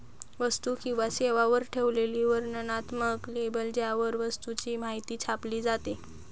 वस्तू किंवा सेवांवर ठेवलेले वर्णनात्मक लेबल ज्यावर वस्तूची माहिती छापली जाते